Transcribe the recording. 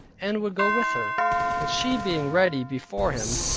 and would go with her but she being ready before him,